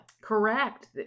Correct